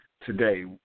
Today